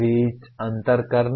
बीच अंतर करना